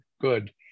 good